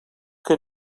que